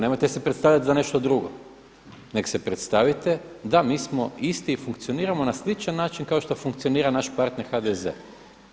Nemojte se predstavljati za nešto drugo, nego se predstavite da mi smo isti i funkcioniramo na sličan način kao što funkcionira naš partner HDZ-e.